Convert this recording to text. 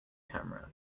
camera